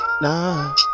nah